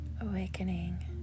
awakening